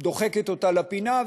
דוחקת אותה לפינה,